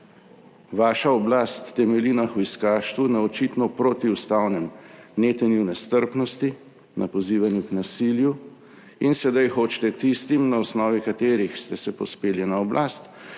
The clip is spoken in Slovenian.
Vaša oblast temelji na hujskaštvu, na očitno protiustavnem netenju nestrpnosti, na pozivanju k nasilju in sedaj hočete tistim, na osnovi katerih ste se povzpeli na oblast,